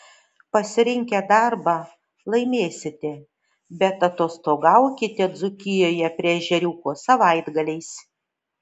pasirinkę darbą laimėsite bet atostogaukite dzūkijoje prie ežeriuko savaitgaliais